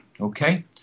Okay